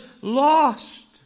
lost